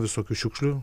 visokių šiukšlių